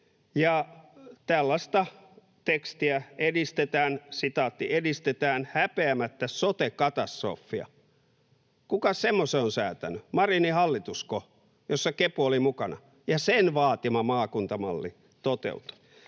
tällaista tekstiä: ”Edistetään häpeämättä sote-katastrofia.” Kukas semmoisen on säätänyt? Marinin hallitusko, jossa kepu oli mukana, ja sen vaatima maakuntamalli toteutui?